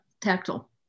tactile